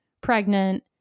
pregnant